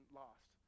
lost